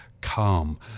calm